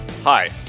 Hi